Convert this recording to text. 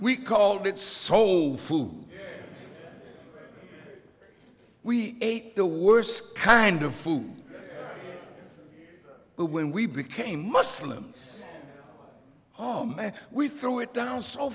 we called it soul food we ate the worst kind of food when we became muslims oh man we threw it down so